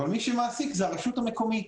אבל מי שמעסיק זה הרשות המקומית.